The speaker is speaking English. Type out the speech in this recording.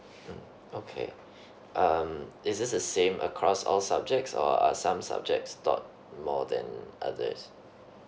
mm okay um is it the same across all subjects or are some subjects taught more than others